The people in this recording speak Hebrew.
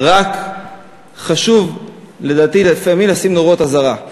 רק חשוב, לדעתי, לשים נורות אזהרה,